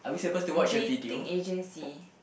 dating agency